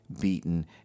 beaten